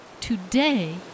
Today